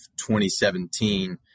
2017